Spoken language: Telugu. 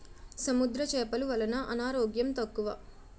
సముద్ర చేపలు వలన అనారోగ్యం తక్కువ